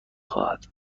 خواهد